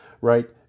right